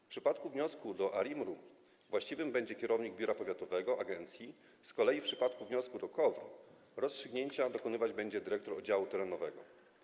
W przypadku wniosku do ARiMR właściwy będzie kierownik biura powiatowego agencji, z kolei w przypadku wniosku do KOWR rozstrzygnięcia dokonywać będzie dyrektor oddziału terenowego.